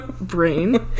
brain